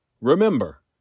Remember